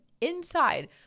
inside